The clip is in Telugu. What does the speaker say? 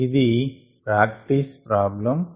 ఇది ప్రాక్టీస్ ప్రాబ్లమ్ 4